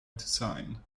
design